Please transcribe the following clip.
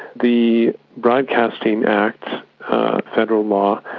the broadcasting act, a federal law,